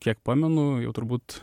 kiek pamenu jau turbūt